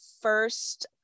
first